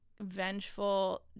vengeful